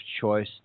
choice